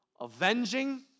avenging